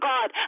God